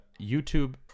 YouTube